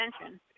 attention